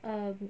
um